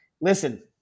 listen